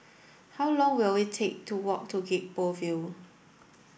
how long will it take to walk to Gek Poh Ville